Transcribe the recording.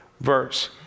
verse